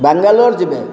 ବାଙ୍ଗାଲୋର ଯିବେ